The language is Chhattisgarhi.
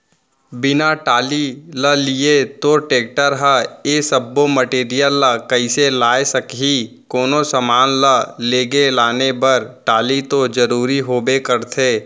बिना टाली ल लिये तोर टेक्टर ह ए सब्बो मटेरियल ल कइसे लाय सकही, कोनो समान ल लेगे लाने बर टाली तो जरुरी होबे करथे